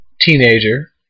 teenager